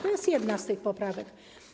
To jest jedna z tych poprawek.